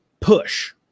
push